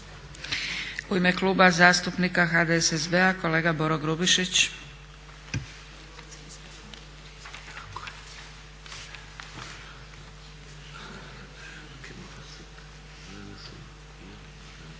U ime Kluba zastupnika HDSSB-a kolega Boro Grubišić.